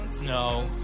No